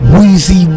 Weezy